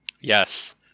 Yes